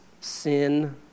sin